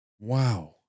Wow